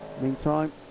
meantime